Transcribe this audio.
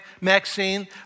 Maxine